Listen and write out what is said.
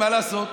מה לעשות?